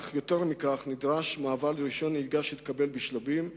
אך יותר מכך נדרש מעבר לרשיון נהיגה שיתקבל בשלבים.